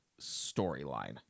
storyline